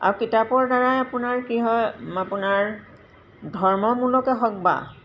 আৰু কিতাপৰ দ্বাৰাই আপোনাৰ কি হয় আপোনাৰ ধৰ্মমূলকেই হওক বা